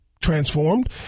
transformed